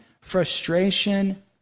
frustration